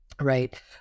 right